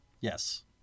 Yes